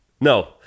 No